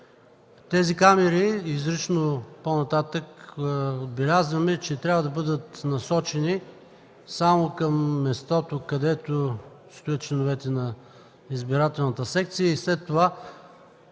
Тези камери, изрично по-нататък отбелязваме, че трябва да бъдат насочени само към мястото, където стоят членовете на избирателната секция. След това